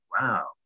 wow